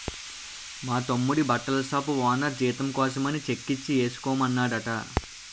మా తమ్ముడి బట్టల షాపు ఓనరు జీతం కోసమని చెక్కిచ్చి ఏసుకోమన్నాడట